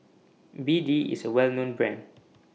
B D IS A Well known Brand